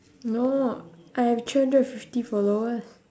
no I have three hundred and fifty followers